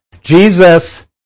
Jesus